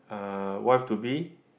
uh wife to be